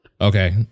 okay